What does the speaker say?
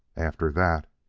after that,